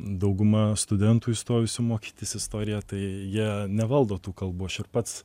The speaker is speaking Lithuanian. dauguma studentų įstojusių mokytis istoriją tai jie nevaldo tų kalbų aš ir pats